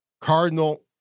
Cardinal